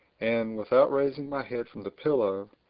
and, without raising my head from the pillow,